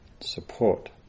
support